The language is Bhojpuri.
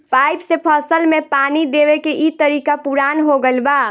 पाइप से फसल में पानी देवे के इ तरीका पुरान हो गईल बा